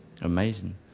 amazing